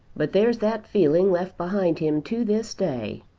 but there's that feeling left behind him to this day,